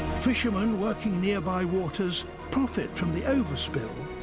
fishermen working nearby waters profit from the overspill.